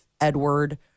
Edward